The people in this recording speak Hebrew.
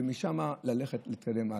ומשם ללכת, להתקדם הלאה.